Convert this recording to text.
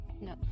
No